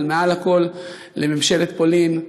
אבל מעל לכול לממשלת פולין,